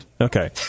Okay